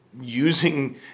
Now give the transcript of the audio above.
using